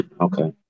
Okay